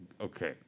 okay